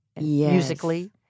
musically